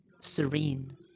serene